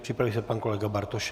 Připraví se pan kolega Bartošek.